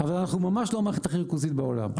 אבל אנחנו ממש לא המערכת הכי ריכוזית בעולם.